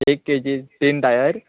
एक K G तीन Dyer